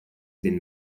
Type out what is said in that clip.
been